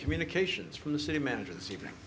communications from the city manager this evening